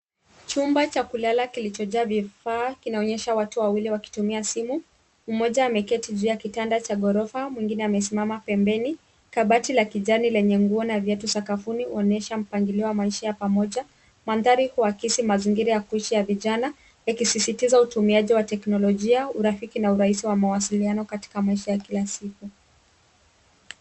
Chumba cha kulala kilichojaa vifaa, kinaonyesha watu wawili wakitumia simu. Mmoja ameketi juu ya kitanda cha ghorofa, mwingine amesimama pembeni. Kabati la kijani lenye nguo na viatu sakafuni huonyesha mpangilio wa maisha ya pamoja. Mandhari huakisi mazingira ya kuishi ya vijana, ikisisitiza utumiaji wa teknolojia, urafiki, na urahisi wa mawasiliano katika maisha ya kila siku.